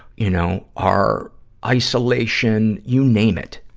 you know, our isolation, you name it.